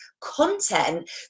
content